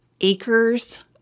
acres